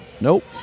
Nope